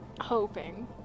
Hoping